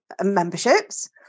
memberships